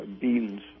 beans